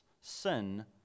Sin